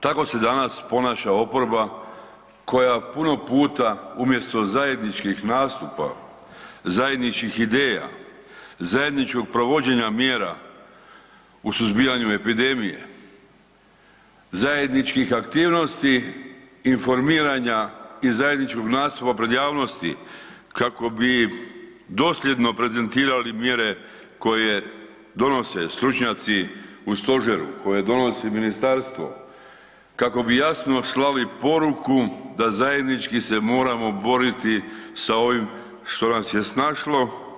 Tako se danas ponaša oporba koja puno puta umjesto zajedničkih nastupa, zajedničkih ideja, zajedničkog provođenja mjera u suzbijanju epidemije, zajedničkih aktivnosti informiranja i zajedničkog nastupa pred javnosti kako bi dosljedno prezentirali mjere koje donose stručnjaci u stožeru, koje donosi ministarstvo, kako bi jasno slali poruku da zajednički se moramo boriti sa ovim što nas je snašlo.